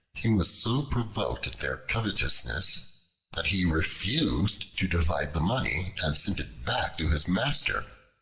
he was so provoked at their covetousness that he refused to divide the money, and sent it back to his master.